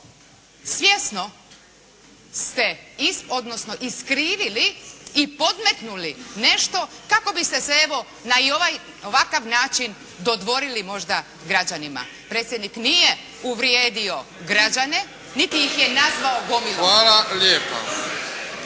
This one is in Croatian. svjesno ste iskrivili i podmetnuli nešto kako bi se evo na ovaj i ovakav način dodvorili građanima. Predsjednik nije uvrijedio građane niti ih je nazvao gomilom. **Bebić,